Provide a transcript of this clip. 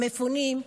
המפונים,